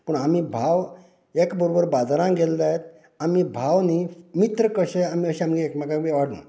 पूण आमी भाव एक बरोबर बाजारांत गेलें जायत आमी भाव न्ही मित्र कशें आमी अशें एकामेकां कडेन